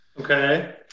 Okay